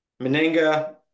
Meninga